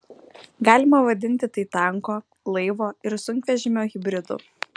galima vadinti tai tanko laivo ir sunkvežimio hibridu